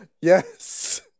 yes